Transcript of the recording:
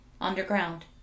Underground